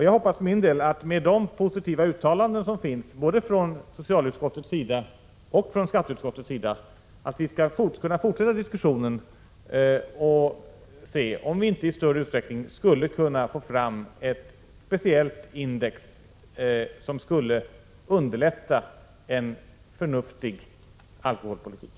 Jag hoppas för min del att vi, med de positiva uttalanden som gjorts från både socialutskottets och skatteutskottets sida, skall fortsätta diskussionen och se om vi inte i större utsträckning skulle kunna få fram ett speciellt index som skulle underlätta en förnuftig alkoholpolitik.